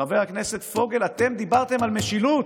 חבר הכנסת פוגל, אתם דיברתם על משילות,